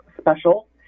special